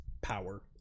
power